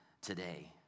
today